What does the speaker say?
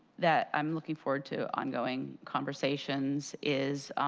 that i'm looking forward to ongoing conversations is